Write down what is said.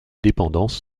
dépendances